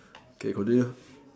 okay continue